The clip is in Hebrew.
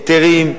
היתרים,